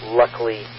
luckily